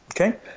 Okay